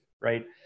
right